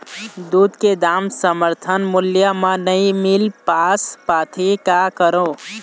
दूध के दाम समर्थन मूल्य म नई मील पास पाथे, का करों?